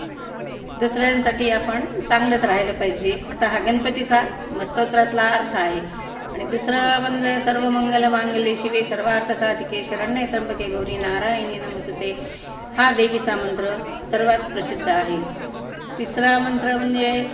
दुसऱ्यांसाठी आपण चांगलंच राहायला पाहिजे असा हा गणपतीचा मग स्तोत्रातला अर्थ आहे आणि दुसरा मंत्र सर्व मंगल मांगल्ये शिवे सर्वार्थ साधिके शरण्ये त्र्यंबके गौरी नारायणी नमोस्तुते हा देवीचा मंत्र सर्वात प्रसिद्ध आहे तिसरा मंत्र म्हणजे